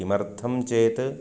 किमर्थं चेत्